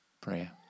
prayer